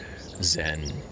Zen